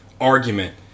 argument